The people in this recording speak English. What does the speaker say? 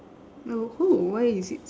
oh [ho] why is it so